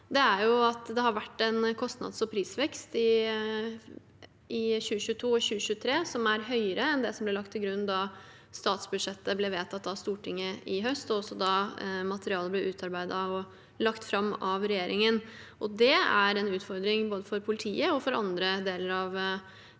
det har vært en kostnads- og prisvekst i 2022 og 2023 som er høyere enn det som ble lagt til grunn da statsbudsjettet ble vedtatt av Stortinget i høst, og også da materialet ble utarbeidet og lagt fram av regjeringen. Det er en utfordring både for politiet og for andre deler av samfunnet.